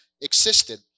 existed